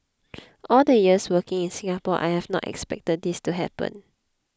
all the years working in Singapore I have not expected this to happen